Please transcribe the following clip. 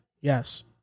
Yes